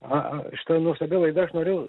o štai nuostabi laida aš noriu